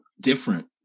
Different